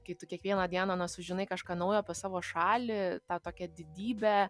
kai tu kiekvieną dieną na sužinai kažką naujo pas savo šalį tą tokią didybę